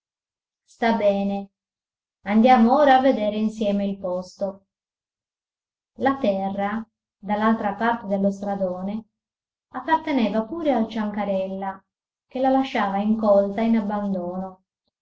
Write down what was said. sta bene andiamo ora a vedere insieme il posto la terra dall'altra parte dello stradone apparteneva pure al ciancarella che la lasciava incolta in abbandono